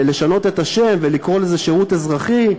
לשנות את השם ולקרוא לזה שירות אזרחי,